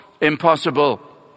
impossible